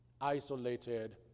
isolated